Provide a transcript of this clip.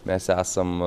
mes esam